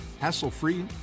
hassle-free